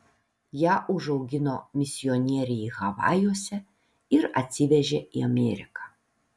ją užaugino misionieriai havajuose ir atsivežė į ameriką